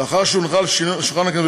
לאחר שהיא הונחה על שולחן הכנסת,